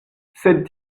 sed